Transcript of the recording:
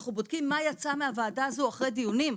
אנחנו בודקים מה יצא מהוועדה הזו אחרי דיונים,